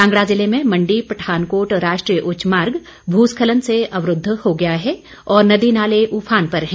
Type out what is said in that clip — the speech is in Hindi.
कांगड़ा जिले में मंडी पठानकोट राष्ट्रीय उच्च मार्ग भूस्खलन से अवरूद्व हो गया है और नदी नाले उफान पर हैं